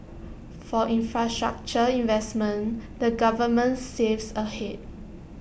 for infrastructure investments the government saves ahead